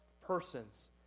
persons